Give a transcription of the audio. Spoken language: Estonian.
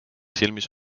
silmis